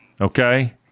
okay